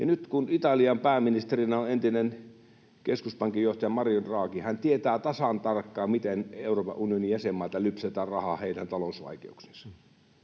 nyt kun Italian pääministerinä on entinen keskuspankin johtaja Mario Draghi, hän tietää tasan tarkkaan, miten Euroopan unionin jäsenmailta lypsetään rahaa heidän talousvaikeuksiinsa.